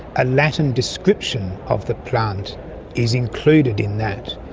a latin description of the plant is included in that,